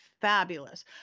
fabulous